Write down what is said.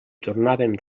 tornaven